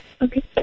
Okay